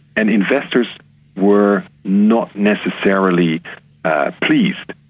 and investors were not necessarily pleased.